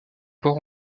port